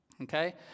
okay